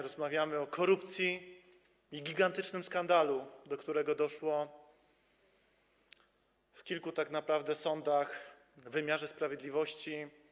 Rozmawiamy o korupcji i gigantycznym skandalu, do którego doszło tak naprawdę w kilku sądach, w wymiarze sprawiedliwości.